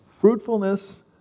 fruitfulness